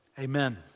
Amen